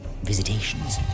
Visitations